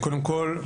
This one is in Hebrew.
קודם כול,